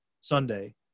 sunday